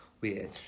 weird